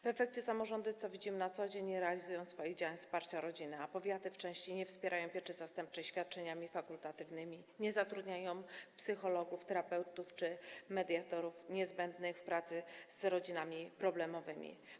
W efekcie samorządy, co widzimy na co dzień, nie realizują swoich działań wsparcia rodziny, a powiaty w części nie wspierają pieczy zastępczej świadczeniami fakultatywnymi, nie zatrudniają psychologów, terapeutów czy mediatorów, którzy są niezbędni w pracy z rodzinami problemowymi.